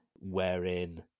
wherein